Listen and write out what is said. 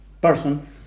person